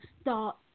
start